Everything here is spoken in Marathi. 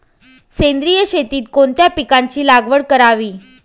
सेंद्रिय शेतीत कोणत्या पिकाची लागवड करावी?